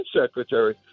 secretary